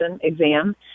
exam